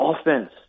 Offense